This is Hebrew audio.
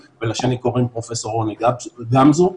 לאחד קוראים פרופ' גבי ברבש ולשני קוראים רוני גמזו.